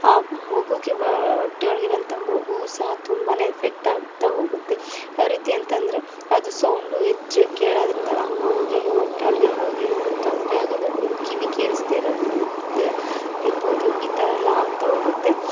ಆ ಮಗೂಗೆ ಹೊಟ್ಟೆ ಒಳಗಿರುವಂಥ ಮಗೂಗು ಸಹ ತುಂಬನೇ ಎಫೆಕ್ಟ್ ಆಗ್ತಾ ಹೋಗುತ್ತೆ ಯಾವ ರೀತಿ ಅಂತಂದರೆ ಅದು ಸೌಂಡು ಹೆಚ್ಚು ಕೇಳೋದ್ರಿಂದ ಆ ಮಗೂಗೆ ಹೊಟ್ಟೆ ಒಳಗಿರುವಾಗ ಏನಾದರೂ ತೊಂದರೆ ಆಗೋದು ಇರ್ಬೋದು ಕಿವಿ ಕೇಸದೇ ಇರೋದು ಇರ್ಬೋದು ಈ ಥರ ಎಲ್ಲ ಆಗ್ತಾ ಹೋಗುತ್ತೆ